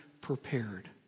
prepared